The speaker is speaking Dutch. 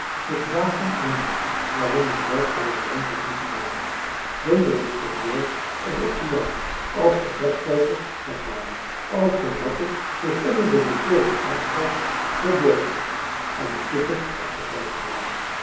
zich dagen en nachten waarin hij werkeloos rond had moeten loopen zonder een stuk wild om op te jagen als de trekvogels weg waren als de ratten zich onder de bevroren aardkost verborgen en de kippen opgesloten waren